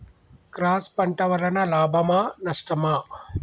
Cross పంట వలన లాభమా నష్టమా?